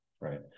right